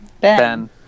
Ben